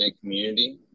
community